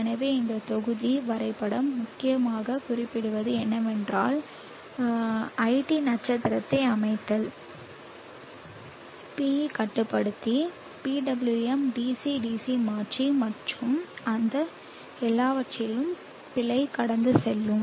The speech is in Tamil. எனவே இந்த தொகுதி வரைபடம் முக்கியமாக குறிப்பிடுவது என்னவென்றால் நான் குறிப்பு iT நட்சத்திரத்தை அமைத்தால் PI கட்டுப்படுத்தி PWM DC D C மாற்றி மற்றும் அந்த எல்லாவற்றையும் பிழை கடந்து செல்லும்